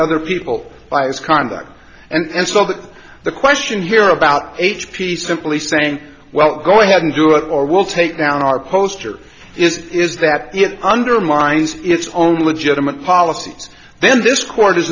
other people by his conduct and so that the question here about h p simply saying well go ahead and do it or we'll take down our poster is is that it undermines its own legitimacy policy then this court is